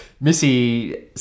Missy